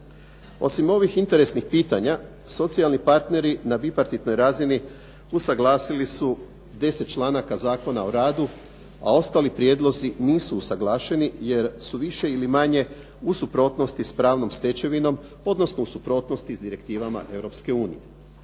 Osim ovih interesnih pitanja socijalni partneri na bipartitnoj razini usaglasili su deset članak Zakona o radu a ostali prijedlozi nisu usuglašeni jer su više ili manje u suprotnosti s pravnom stečevinom odnosno u suprotnosti s direktivama